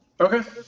okay